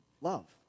love